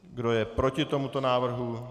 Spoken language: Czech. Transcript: Kdo je proti tomuto návrhu?